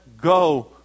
go